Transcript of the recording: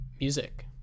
music